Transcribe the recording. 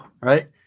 right